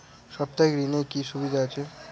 সাপ্তাহিক ঋণের কি সুবিধা আছে?